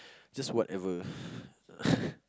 just whatever